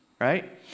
right